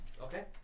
Okay